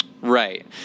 Right